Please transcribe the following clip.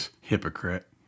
Hypocrite